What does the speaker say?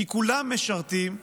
כי כולם משרתים,